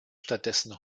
stattdessen